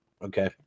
Okay